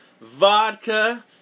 vodka